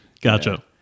Gotcha